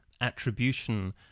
attribution